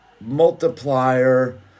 multiplier